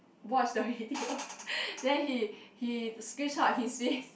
watched the video then he he screenshot his face